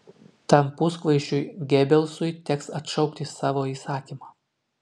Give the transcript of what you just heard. tam puskvaišiui gebelsui teks atšaukti savo įsakymą